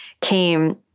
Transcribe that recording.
came